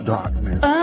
Darkness